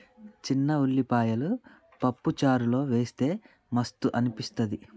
చిన్న ఉల్లిపాయలు పప్పు చారులో వేస్తె మస్తు అనిపిస్తది